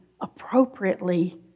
appropriately